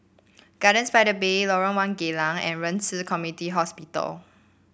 Gardens by the Bay Lorong One Geylang and Ren Ci Community Hospital